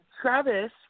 Travis